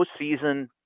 postseason